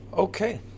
Okay